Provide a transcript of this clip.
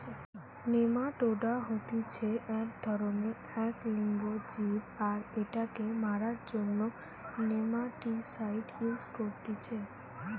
nematoda হতিছে এক ধরণেরএক লিঙ্গ জীব আর এটাকে মারার জন্য নেমাটিসাইড ইউস করতিছে